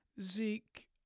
Zeke